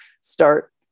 start